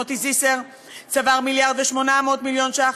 מוטי זיסר צבר 1.8 מיליארד שקל,